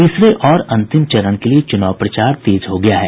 तीसरे और अंतिम चरण के लिए चूनाव प्रचार तेज हो गया है